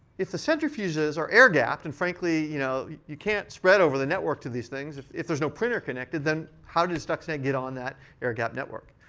if the centrifuges are air-gapped and frankly, you know you can't spread over network to these things if if there's no printer connected then how does stuxnet get on that air-gapped network?